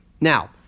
Now